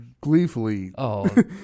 gleefully